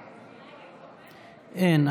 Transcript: אין.